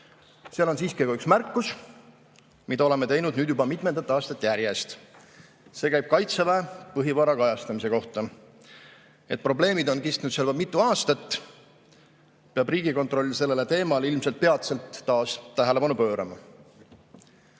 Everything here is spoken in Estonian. Seal on siiski üks märkus, mida oleme teinud nüüd juba mitmendat aastat järjest. See käib Kaitseväe põhivara kajastamise kohta. Et probleemid seal on kestnud juba mitu aastat, peab Riigikontroll sellele teemale ilmselt peatselt taas tähelepanu pöörama.